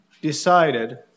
decided